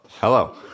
hello